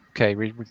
Okay